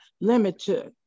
limited